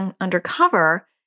undercover